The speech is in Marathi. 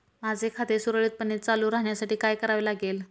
माझे खाते सुरळीतपणे चालू राहण्यासाठी काय करावे लागेल?